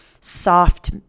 soft